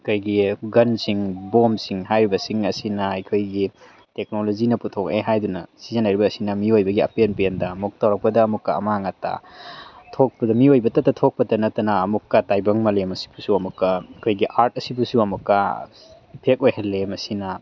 ꯑꯩꯈꯣꯏꯒꯤ ꯒꯟꯁꯤꯡ ꯕꯣꯝꯁꯤꯡ ꯍꯥꯏꯔꯤꯕꯁꯤꯡ ꯑꯁꯤꯅ ꯑꯩꯈꯣꯏꯒꯤ ꯇꯦꯛꯅꯣꯂꯣꯖꯤꯅ ꯄꯨꯊꯣꯛꯑꯦ ꯍꯥꯏꯗꯨꯅ ꯁꯤꯖꯤꯟꯅꯔꯤꯕ ꯑꯁꯤꯅ ꯃꯤꯑꯣꯏꯕꯒꯤ ꯑꯄꯦꯟ ꯄꯦꯟꯗ ꯑꯃꯨꯛ ꯇꯧꯔꯛꯄꯗ ꯑꯃꯨꯛꯀ ꯑꯃꯥꯡ ꯑꯇꯥ ꯊꯣꯛꯄꯗ ꯃꯤꯑꯣꯏꯕꯇꯗ ꯊꯣꯛꯄꯗ ꯅꯠꯇꯅ ꯑꯃꯨꯛꯀ ꯇꯥꯏꯕꯪ ꯃꯥꯂꯦꯝ ꯑꯁꯤꯕꯨꯁꯨ ꯑꯃꯨꯛꯀ ꯑꯩꯈꯣꯏꯒꯤ ꯑꯥꯔꯠ ꯑꯁꯤꯕꯨꯁꯨ ꯑꯃꯨꯛꯀ ꯏꯐꯦꯛ ꯑꯣꯏꯍꯜꯂꯦ ꯃꯁꯤꯅ